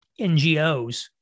NGOs